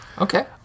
Okay